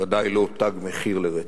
ודאי לא "תג מחיר" לרצח.